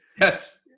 Yes